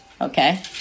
okay